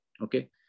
Okay